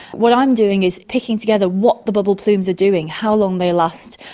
what i'm doing is picking together what the bubble plumes are doing, how long they last.